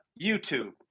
youtube